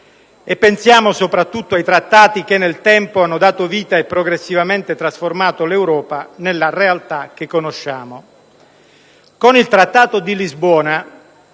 e soprattutto ai Trattati che, nel tempo, hanno dato vita e progressivamente trasformato l'Europa nella realtà che conosciamo. Con il Trattato di Lisbona